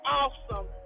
awesome